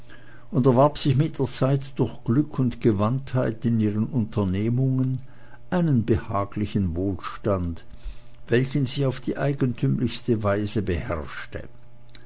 und erwarb sich mit der zeit durch glück und gewandtheit in ihren unternehmungen einen behaglichen wohlstand welchen sie auf die eigentümlichste weise beherrschte